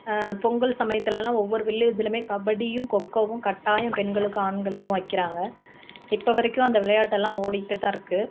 பொங்கல் சமயத்திலலாம் ஒவ்வொரு வில்லேஜ்லயுமே கபடியும் கொக்கோவும் கட்டாயம் பெண்களுக்கும் ஆண்களுக்கும் வைக்கிறாங்க இப்போ வரைக்கும் அந்த விளையாட்டெல்லாம் ஓடிகிட்டு தான் இருக்குது